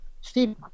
Steve